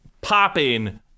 popping